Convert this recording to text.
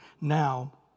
now